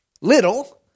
little